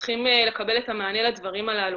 צריך לקבל מענה לדברים הללו.